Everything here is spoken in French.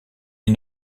est